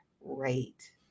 rate